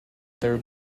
their